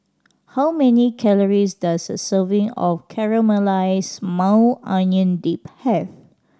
how many calories does a serving of Caramelized Maui Onion Dip have